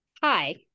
hi